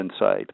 inside